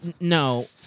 No